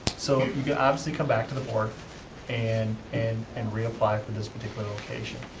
so you can obviously come back to the board and and and reapply for this particular location.